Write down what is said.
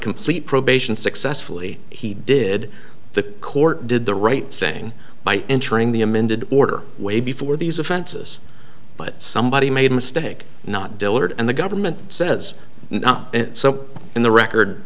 complete probation successfully he did the court did the right thing by entering the amended order way before these offenses but somebody made a mistake not delivered and the government says so in the record